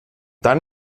dann